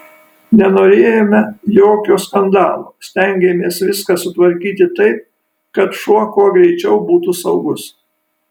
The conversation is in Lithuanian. nenorėjome jokio skandalo stengėmės viską sutvarkyti taip kad šuo kuo greičiau būtų saugus